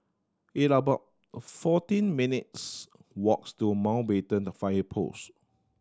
it about fourteen minutes' walks to Mountbatten Fire Post